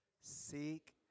seek